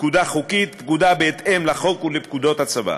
"פקודה חוקית" פקודה בהתאם לחוק ולפקודות הצבא.